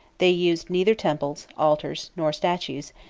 they used neither temples, altars, nor statues,